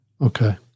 Okay